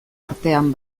artean